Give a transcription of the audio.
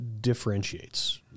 differentiates